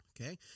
Okay